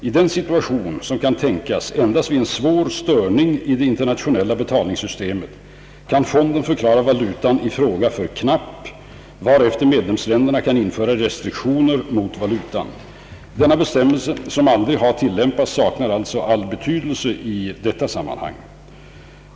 I denna situation, som kan tänkas endast vid en svår störning i det inter nationella betalningssystemet, kan fonden förklara valutan i fråga för »knapp», varefter medlemsländerna kan införa restriktioner mot valutan. Denna bestämmelse, som aldrig har tilllämpats, saknar alltså all betydelse i detta sammanhang.